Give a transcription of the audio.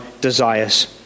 desires